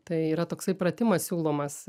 tai yra toksai pratimas siūlomas